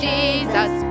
Jesus